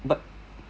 but